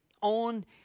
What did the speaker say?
on